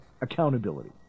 accountability